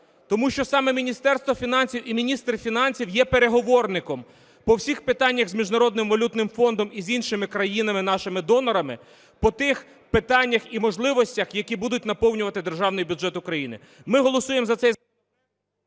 тому що саме Міністерство фінансів і міністр фінансів є переговорником по всіх питаннях з Міжнародним валютним фондом і з іншими країнами, нашими донорами, по тих питаннях і можливостях, які будуть наповнювати державних бюджет України. Ми голосуємо за цей…